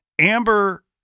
Amber